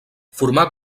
formà